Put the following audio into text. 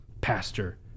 Pastor